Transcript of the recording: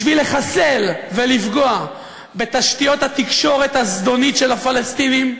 בשביל לחסל ולפגוע בתשתיות התקשורת הזדונית של הפלסטינים,